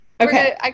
Okay